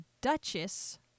Duchess